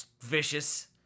vicious